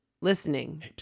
listening